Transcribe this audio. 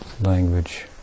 language